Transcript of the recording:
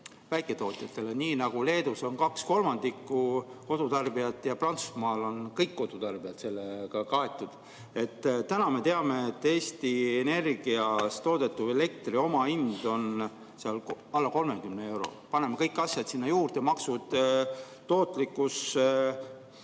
väiketootjatele? Leedus on kaks kolmandikku kodutarbijaid ja Prantsusmaal kõik kodutarbijad sellega kaetud. Täna me teame, et Eesti Energias toodetava elektri omahind on alla 30 euro. Kui paneme kõik asjad sinna juurde – maksud, tootlikkus,